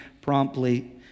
promptly